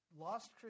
Lost